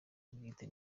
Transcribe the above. bwite